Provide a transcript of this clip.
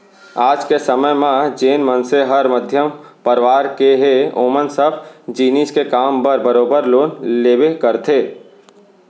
आज के समे म जेन मनसे हर मध्यम परवार के हे ओमन सब जिनिस के काम बर बरोबर लोन लेबे करथे